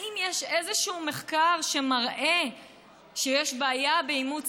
האם יש איזשהו מחקר שמראה שיש בעיה באימוץ